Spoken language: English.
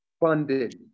funded